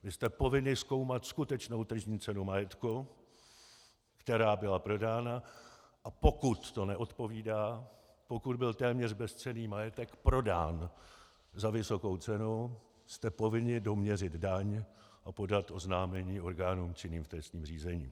Vy jste povinni zkoumat skutečnou tržní cenu majetku, která byla prodána, a pokud to neodpovídá, pokud byl téměř bezcenný majetek prodán za vysokou cenu, jste povinni doměřit daň a podat oznámení orgánům činným v trestním řízení.